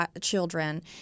children